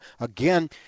again